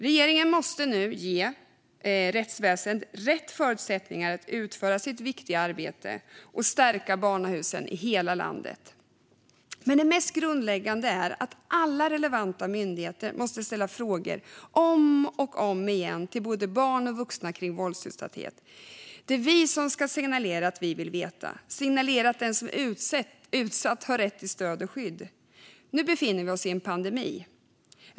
Regeringen måste nu ge rättsväsendet rätt förutsättningar att utföra sitt viktiga arbete och stärka barnahusen i hela landet. Men det mest grundläggande är att alla relevanta myndigheter måste ställa frågor om och om igen till både barn och vuxna kring våldsutsatthet. Det är vi som ska signalera att vi vill veta - signalera att den som är utsatt har rätt till stöd och skydd. Nu befinner vi oss i en pandemi.